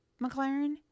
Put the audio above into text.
McLaren